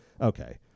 okay